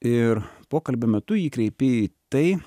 ir pokalbio metu jį kreipi į tai